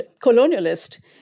colonialist